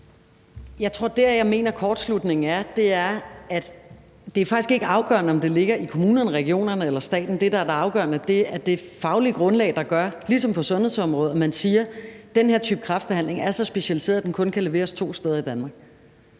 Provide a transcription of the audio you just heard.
Jeg tror, at kortslutningen er, at det faktisk ikke er afgørende, om det ligger i kommunerne, regionerne eller staten. Det, der er det afgørende, er det faglige grundlag, der gør, at man på sundhedsområdet siger: Den her type kræftbehandling er så specialiseret, at den kun kan leveres to steder i Danmark.